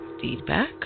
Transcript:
feedback